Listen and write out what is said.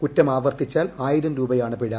കുറ്റം ആവർത്തിച്ചാൽ ആയിരം രൂപയാണ് പിഴ